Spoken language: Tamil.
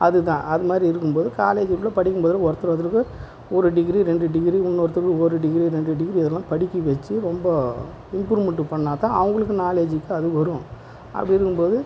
அது தான் அது மாதிரி இருக்கும் போது காலேஜுக்கு படிக்கும் போது ஒருத்தர் ஒருத்தருக்கு ஒரு டிகிரி ரெண்டு டிகிரி இன்னொருத்தருக்கு ஒரு டிகிரி ரெண்டு டிகிரி இதெல்லாம் படிக்க வச்சு ரொம்ப இம்ப்ரூவ்மெண்ட்டு பண்ணால் தான் அவங்களுக்கு நாலேஜுக்கு அது வரும் அப்படி இருக்கும் போது